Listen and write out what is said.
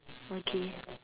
okay